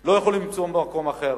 לא יכולים למצוא מקום אחר